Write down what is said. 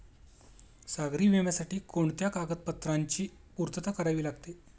सागरी विम्यासाठी कोणत्या कागदपत्रांची पूर्तता करावी लागते?